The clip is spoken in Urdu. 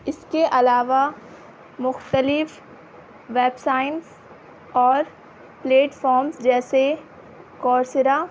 اس کے علاوہ مختلف ویب سائنس اور پلیٹفارمس جیسے کورسرہ